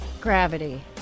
Gravity